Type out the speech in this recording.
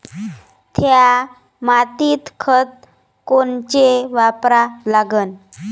थ्या मातीत खतं कोनचे वापरा लागन?